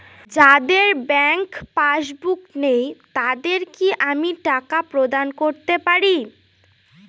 যাদের bank passbook নেই তাদের কি আমি টাকা প্রদান করতে পারি?